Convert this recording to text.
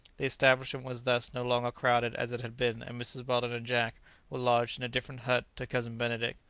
the establishment was thus no longer crowded as it had been, and mrs. weldon and jack were lodged in a different hut to cousin benedict.